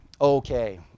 Okay